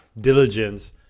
diligence